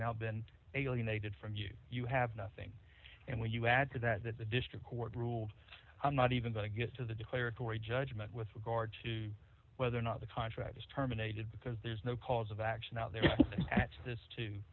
now been alienated from you you have nothing and when you add to that that the district court ruled i'm not even going to get to the declaratory judgment with regard to whether or not the contract was terminated because there's no cause of action out there for this to